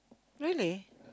really